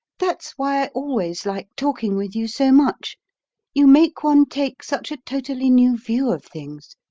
that's why i always like talking with you so much you make one take such a totally new view of things.